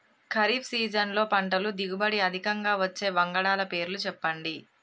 ఖరీఫ్ సీజన్లో పంటల దిగుబడి అధికంగా వచ్చే వంగడాల పేర్లు చెప్పండి?